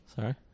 sorry